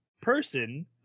person